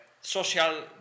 Social